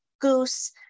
goose